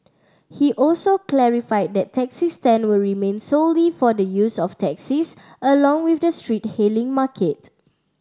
he also clarified that taxi stand will remain solely for the use of taxis along with the street hailing market